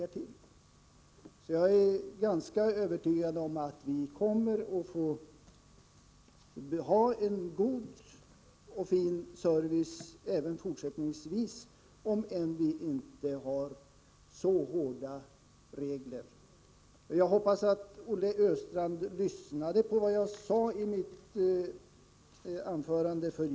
Jag är således ganska övertygad om att vi kommer att få ha en god och fin service även fortsättningsvis — även om vi inte har så hårda regler som socialdemokraterna vill ha. Jag hoppas att Olle Östrand lyssnade till vad jag sade i mitt inledningsanförande.